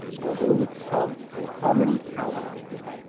although itself a common cow curd.